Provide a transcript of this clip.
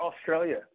Australia